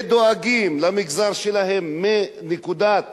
שהם מדברים ודואגים למגזר שלהם מנקודת